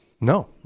No